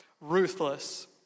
ruthless